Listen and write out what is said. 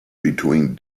between